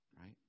Right